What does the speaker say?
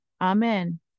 amen